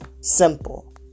simple